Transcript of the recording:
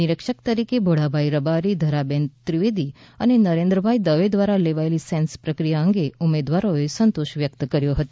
નિરીક્ષક તરીકે ભોળાભાઈ રબારી ધરાબેન ત્રિવેદી અને નરેન્દ્રભાઈ દવે દ્વારા લેવાયેલી સેન્સ પ્રક્રિયા અંગે ઉમેદવારોએ સંતોષ વ્યક્ત કર્યો હતો